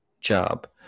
job